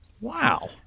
wow